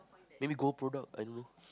maybe gold product I don't know